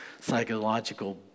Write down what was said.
psychological